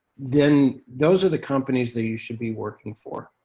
then those are the companies that you should be working for.